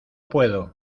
puedo